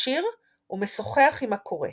ישיר ומשוחח עם הקורא.